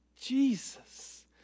Jesus